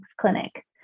Clinic